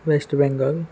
waste Bengal